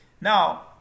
now